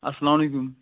اَسَلامُ علیکُم